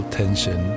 tension